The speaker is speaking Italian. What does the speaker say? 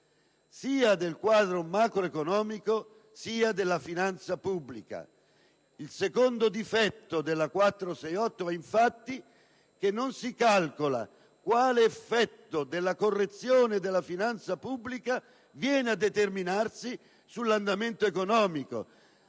sia del quadro macroeconomico che della finanza pubblica. Il secondo difetto della legge n. 468 è infatti che non si calcola quale effetto della correzione della finanza pubblica viene a determinarsi sull'andamento economico.